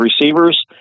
receivers